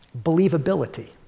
believability